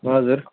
हजुर